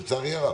לצערי הרב.